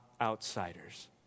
outsiders